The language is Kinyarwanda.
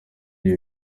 ibyo